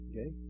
Okay